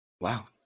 Wow